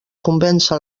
convèncer